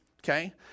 Okay